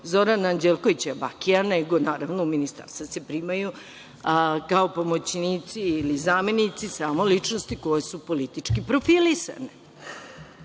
Zorana Anđelkovića Bakija, nego se, naravno, u ministarstva primaju kao pomoćnici ili zamenici one ličnosti koje su politički profilisane.